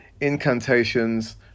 Incantations